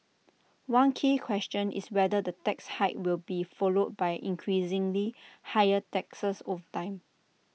one key question is whether the tax hike will be followed by increasingly higher taxes over time